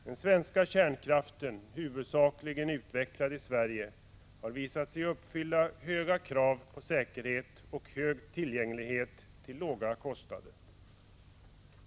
Den svenska kärnkraften — huvudsakligen utvecklad i Sverige — har visat sig uppfylla höga krav på säkerhet och tillgänglighet till låga kostnader.